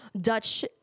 Dutch